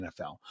NFL